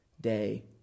day